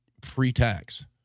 pre-tax